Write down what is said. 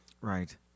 Right